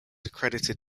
accredited